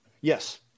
Yes